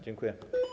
Dziękuję.